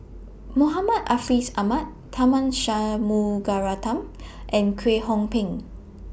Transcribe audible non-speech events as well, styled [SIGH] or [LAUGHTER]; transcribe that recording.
Muhammad [UNINTELLIGIBLE] Ahmad Tharman Shanmugaratnam and Kwek Hong Png